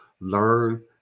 learn